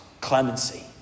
clemency